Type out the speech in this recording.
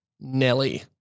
Nelly